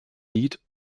lied